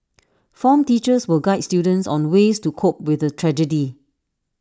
form teachers will guide students on ways to cope with the tragedy